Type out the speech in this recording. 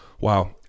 wow